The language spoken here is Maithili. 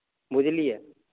बुझलियै